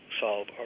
solve